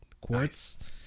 Quartz